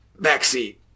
Backseat